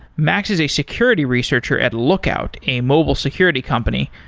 max is a security researcher at lookout, a mobile security company.